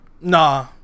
Nah